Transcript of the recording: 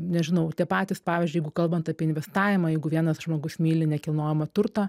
nežinau tie patys pavyzdžiui jeigu kalbant apie investavimą jeigu vienas žmogus myli nekilnojamą turtą